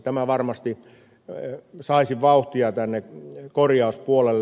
tämä varmasti saisi vauhtia tänne korjauspuolelle